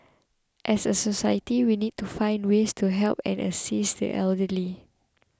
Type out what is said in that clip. as a society we need to find ways to help and assist the elderly